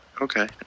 Okay